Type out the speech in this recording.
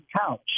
couch